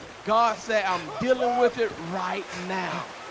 god said i'm dealing with it right now